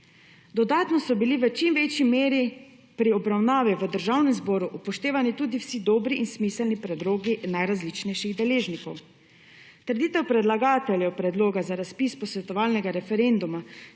Dodatno so bili v čim večji meri pri obravnavi v državnem zboru upoštevani tudi vsi dobri in smiselni predlogi najrazličnejših deležnikov. Trditev predlagateljev predloga za razpis posvetovalnega referenduma,